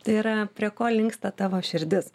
tai yra prie ko linksta tavo širdis